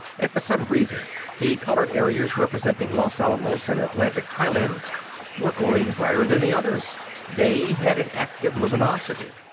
and for some reason the colored areas representing los alamos and atlantic highlands were glowing brighter than the others they had an active luminosity.